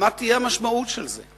מה תהיה המשמעות של זה?